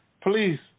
Please